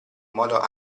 modo